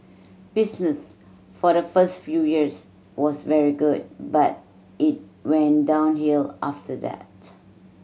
business for the first few years was very good but it went downhill after that